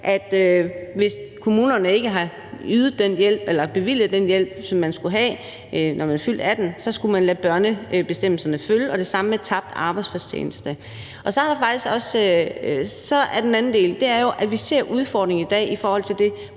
at hvis kommunerne ikke har bevilget den hjælp, som man skulle have, når man er fyldt 18 år, så skal man lade børnebestemmelserne følge med og det samme med tabt arbejdsfortjeneste. Den anden del handler jo om, at vi ser udfordringen i dag i forhold til den